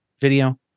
video